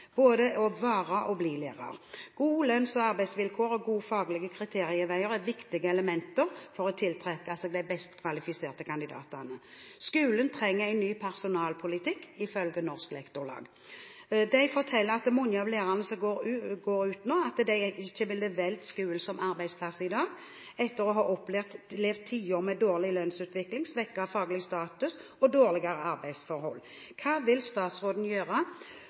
både å være og å bli lærer. Gode lønns- og arbeidsvilkår og gode, faglige karriereveier er viktige elementer for å tiltrekke seg de best kvalifiserte kandidatene. Skolen trenger en ny personalpolitikk, ifølge Norsk Lektorlag. De forteller at mange av lærerne som pensjonerer seg nå, ikke ville valgt skolen som arbeidsplass i dag etter å ha opplevd tiår med dårlig lønnsutvikling, svekket faglig status og dårligere arbeidsforhold. Hva vil statsråden gjøre